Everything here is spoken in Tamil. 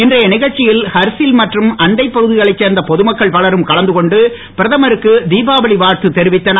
இன்றைய நிகழ்ச்சியில் ஹர்சில் மற்றும் அண்டைப் பகுதிகளைச் சேர்ந்த பொதுமக்கள் பலரும் கலந்து கொண்டு பிரதமருக்கு திபாவளி வாழ்த்து தெரிவித்தனர்